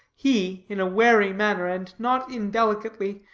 he, in a wary manner, and not indelicately,